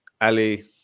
Ali